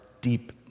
deep